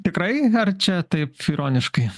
tikrai verčia taip ironiškai